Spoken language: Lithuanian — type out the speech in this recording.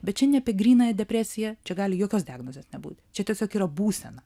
bet čia ne apie grynąją depresiją čia gali jokios diagnozės nebūti čia tiesiog yra būsena